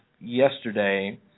yesterday